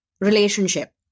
relationship